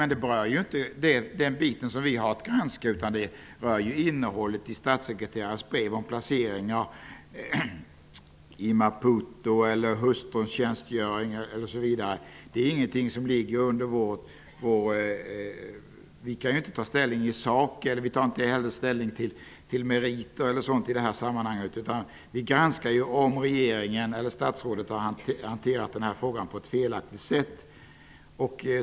Men dessa frågor berör inte det som konstitutionsutskottet har att granska, utan de rör innehållet i statssekreterarens brev om placering i Konstitutionsutskottet tar inte ställning i sak. Utskottet tar inte heller ställning till meriter i det här sammanhanget, utan utskottet granskar om regeringen eller statsrådet har hanterat frågan på ett felaktigt sätt.